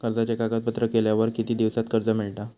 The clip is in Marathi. कर्जाचे कागदपत्र केल्यावर किती दिवसात कर्ज मिळता?